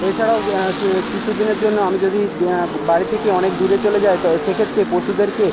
এছাড়াও কিছু দিনের জন্য আমি যদি বাড়ি থেকে অনেক দূরে চলে যাই তো সেক্ষেত্রে পশুদেরকে